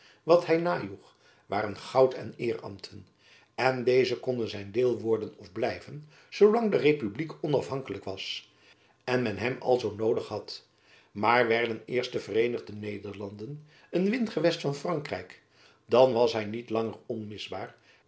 wat hy najoeg waren goud en eerambten en deze konden zijn deel worden of blijven zoo lang de republiek onafhankelijk was en men hem alzoo noodig had maar werden eens de vereenigde nederlanden een wingewest van frankrijk dan was hy niet langer onmisbaar